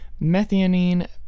methionine